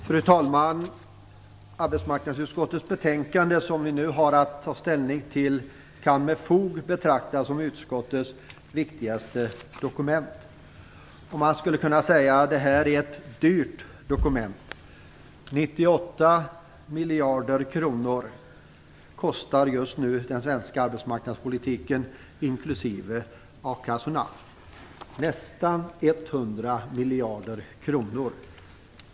Fru talman! Arbetsmarknadsutskottets betänkande, som vi nu har att ta ställning till, kan med fog betraktas som utskottets viktigaste dokument. Man skulle kunna säga att det är ett dyrt dokument. 98 miljarder kronor kostar den svenska arbetsmarknadspolitiken just nu, inklusive a-kassorna. Det är nästan 100 miljarder kronor.